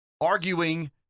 arguing